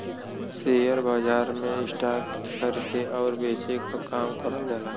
share बाजार में stock के खरीदे आउर बेचे क काम करल जाला